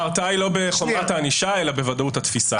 ההרתעה היא לא בחומרת הענישה אלא בוודאות התפיסה.